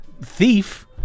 thief